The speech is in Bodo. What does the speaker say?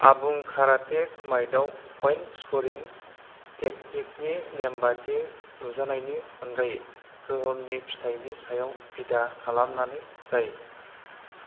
आबुं काराटे कुमाइट आव पइन्ट स्करिं तेकनिकनि नेमबादियै नुजानायनि अनगायै गोहोमनि फिथायनि सायाव बिथा खालामनानै जायो